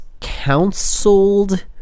counseled